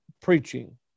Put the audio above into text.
preaching